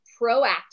proactive